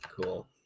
Cool